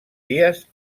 dies